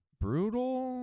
brutal